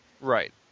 Right